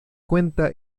cuenta